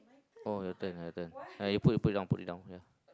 oh your turn my turn oh you put you put it down put it down ya